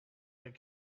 that